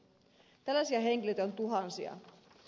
tällaisia henkilöitä on tuhansia